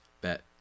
bet